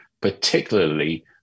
particularly